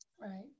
right